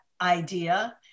idea